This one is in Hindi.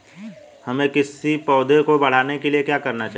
हमें किसी पौधे को बढ़ाने के लिये क्या करना होगा?